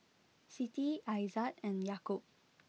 Siti Aizat and Yaakob